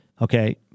Okay